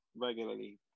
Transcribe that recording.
regularly